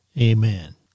Amen